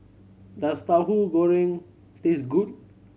does Tauhu Goreng taste good